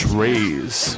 raise